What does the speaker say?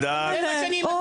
זה מה שאני מבין.